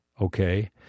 Okay